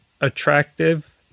attractive